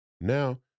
now